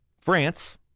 France